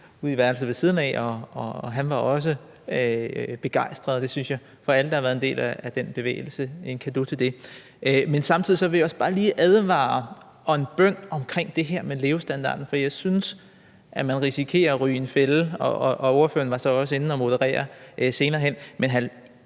i værelset ved siden af, og han var også begejstret, synes jeg, for bl.a. at have været en del af den bevægelse. Så herfra en cadeau for det. Men samtidig vil jeg også bare lige advare om og komme med en bøn omkring det her med levestandarden, for jeg synes, at man risikerer at ryge i en fælde. Ordføreren var så også inde at moderere det senere hen.